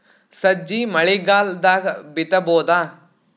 ಸಜ್ಜಿ ಮಳಿಗಾಲ್ ದಾಗ್ ಬಿತಬೋದ?